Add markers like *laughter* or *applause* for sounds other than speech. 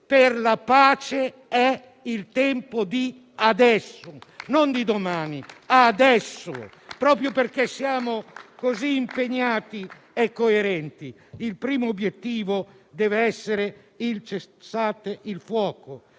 per la pace è il tempo di adesso; non di domani, ma di adesso. *applause* Proprio perché siamo così impegnati e coerenti, il primo obiettivo dev'essere il cessate il fuoco